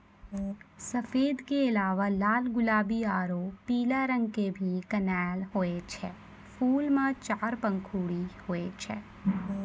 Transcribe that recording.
सफेद के अलावा लाल गुलाबी आरो पीला रंग के भी कनेल होय छै, फूल मॅ चार पंखुड़ी होय छै